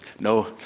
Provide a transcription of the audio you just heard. No